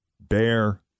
Bear